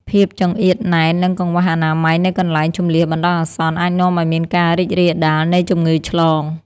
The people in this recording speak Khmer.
ភាពចង្អៀតណែន និងកង្វះអនាម័យនៅកន្លែងជម្លៀសបណ្តោះអាសន្នអាចនាំឱ្យមានការរីករាលដាលនៃជំងឺឆ្លង។